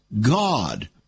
God